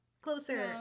closer